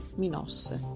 minosse